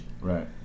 Right